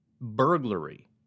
Burglary